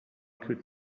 could